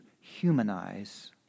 humanize